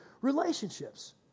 relationships